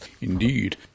Indeed